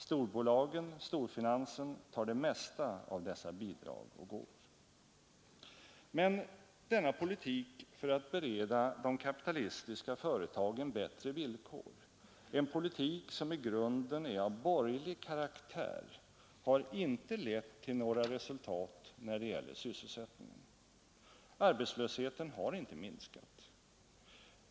Storbolagen, storfinansen tar det mesta av dessa bidrag och gåvor. Men denna politik för att bereda de kapitalistiska företagen bättre villkor, en politik som i grunden är av borgerlig karaktär, har inte lett till några resultat när det gäller sysselsättningen. Arbetslösheten har inte minskat.